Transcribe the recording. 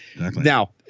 Now